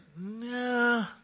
Nah